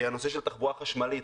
הנושא של תחבורה חשמלית,